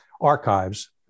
archives